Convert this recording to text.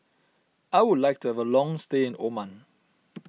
I would like to have a long stay in Oman